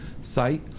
site